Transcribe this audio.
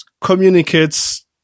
communicates